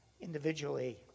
individually